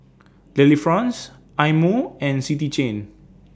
Delifrance Eye Mo and City Chain